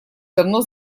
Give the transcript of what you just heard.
давно